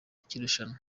cy’irushanwa